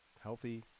healthy